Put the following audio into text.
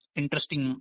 interesting